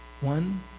one